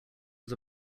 was